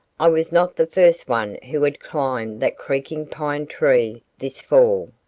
i was not the first one who had climbed that creaking pine tree this fall.